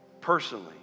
personally